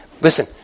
listen